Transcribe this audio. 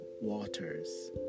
waters